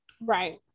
Right